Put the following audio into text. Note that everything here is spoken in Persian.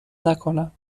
نکنم